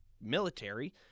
military